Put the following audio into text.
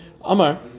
Amar